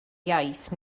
iaith